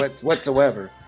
whatsoever